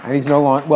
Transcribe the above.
he's no longer,